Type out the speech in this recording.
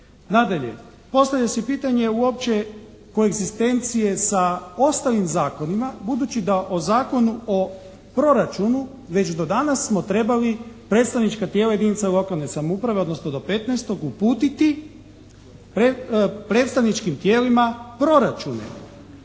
Nadalje, postavlja se pitanje uopće koegzistencije sa ostalim zakonima budući da o Zakonu o proračunu već do danas smo trebali predstavnička tijela jedinica lokalne samouprave, odnosno do petnaestog uputiti predstavničkim tijelima proračune.